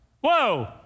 whoa